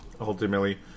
ultimately